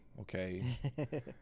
Okay